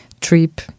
trip